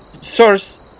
source